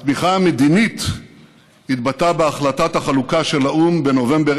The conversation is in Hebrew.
התמיכה המדינית התבטאה בהחלטת החלוקה של האו"ם בנובמבר